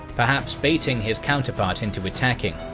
perhaps baiting his counterpart into attacking.